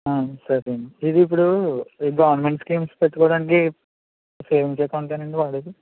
అవును సరే అండి ఇది ఇప్పుడు గవర్నమెంట్ స్కీమ్స్ పెట్టుకోడానికి సేవింగ్స్ అకౌంటేనండి వాడేది